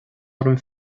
orm